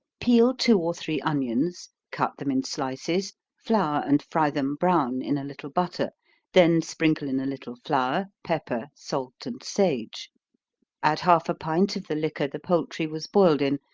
peel two or three onions, cut them in slices, flour and fry them brown, in a little butter then sprinkle in a little flour, pepper, salt, and sage add half a pint of the liquor the poultry was boiled in,